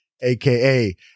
aka